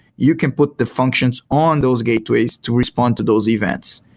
you can put the functions on those gateways to respond to those events.